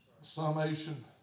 summation